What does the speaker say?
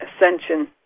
ascension